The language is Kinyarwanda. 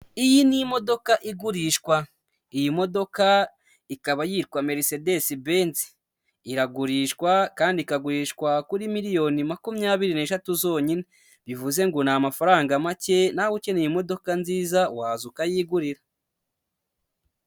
Iyi ni imodoka igurishwa; iyi modoka ikaba yitwa meresedesi benzi, iragurishwa kandi ikagurishwa kuri miliyoni makumyabiri n'eshatu zonyine, bivuze ngo ni amafaranga make nawe ukeneye imodoka nziza waza ukayigurira.